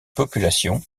population